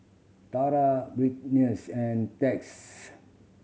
Tara Brittni and Texas